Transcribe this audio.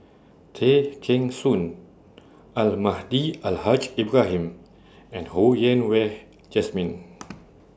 Tay Kheng Soon Almahdi Al Haj Ibrahim and Ho Yen Wah Jesmine